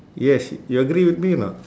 yes you agree with me or not